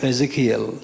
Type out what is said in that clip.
Ezekiel